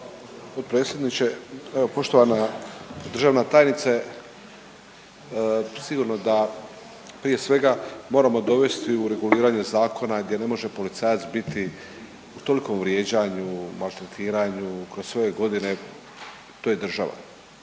Potpredsjedniče, evo poštovana državna tajnice sigurno da prije svega moramo dovesti u reguliranje zakona gdje ne može policajac biti u tolikom vrijeđanju, maltretiranju kroz sve ove godine, to je država,